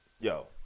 yo